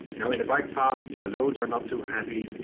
you know in a bike path, the loads are not too heavy,